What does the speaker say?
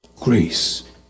grace